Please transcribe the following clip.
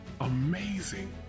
amazing